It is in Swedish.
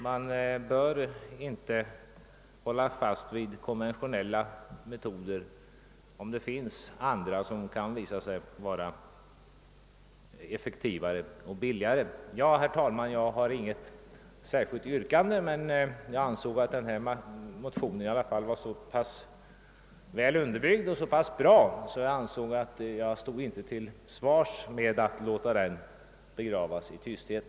Man bör inte hålla fast vid konventionella metoder, om andra kan visa sig effektivare och billigare. Herr talman! Jag har inget särskilt yrkande, men jag ansåg att den av mig väckta motionen var så väl underbyggd att jag inte stod till svars med att låta den begravas i tysthet.